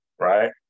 right